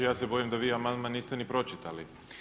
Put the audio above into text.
Ja se bojim da vi amandman niste ni pročitali.